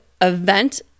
event